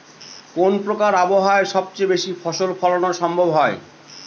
কোন প্রকার আবহাওয়ায় সবচেয়ে বেশি ফসল ফলানো সম্ভব হয়?